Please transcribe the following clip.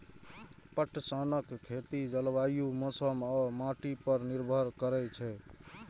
पटसनक खेती जलवायु, मौसम आ माटि पर निर्भर करै छै